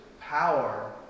power